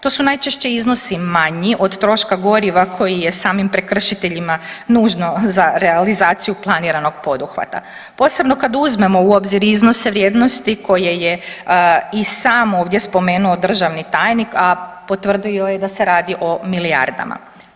To su najčešće iznosi manji od troška goriva koji je samim prekršiteljima nužno za realizaciju planiranog poduhvata, posebno kad uzmemo u obzir iznose vrijednosti koje je i sam ovdje spomenuo državni tajnik, a potvrdio je da se radi o milijardama.